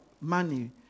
money